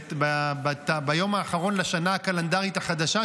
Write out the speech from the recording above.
ביום האחרון לשנה הקלנדרית הישנה,